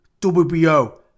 WBO